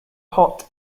hot